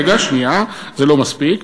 רגע, שנייה, זה לא מספיק.